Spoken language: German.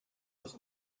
nach